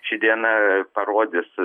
ši diena parodys